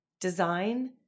design